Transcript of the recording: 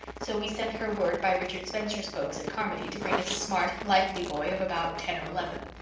so we sent her word by richard spencer's folks at carmody to bring us a smart, likely boy of about ten or eleven.